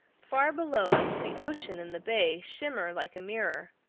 far below us the ocean and the bay shimmer like a mirror,